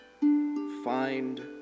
find